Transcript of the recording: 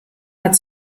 hat